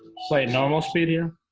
play normal speed here